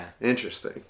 Interesting